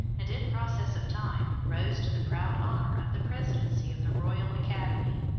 and in process of time rose to the proud honor of the presidency of the royal academy.